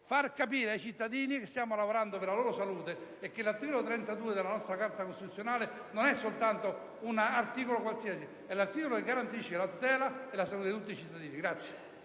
far capire ai cittadini che stiamo lavorando per la loro salute e che l'articolo 32 della nostra Carta costituzionale non è una norma qualsiasi, ma è quella che garantisce la tutela della salute di tutti i cittadini.